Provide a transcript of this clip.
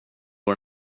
går